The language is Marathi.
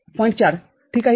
४ठीक आहे